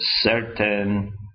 certain